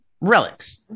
relics